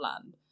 land